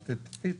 אז תתחיל.